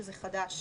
שזה חדש,